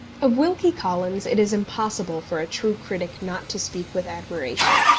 of wilkie collins it is impossible for a true critic not to speak with admiration,